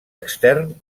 extern